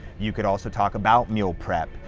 you could also talk about meal prep,